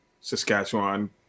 Saskatchewan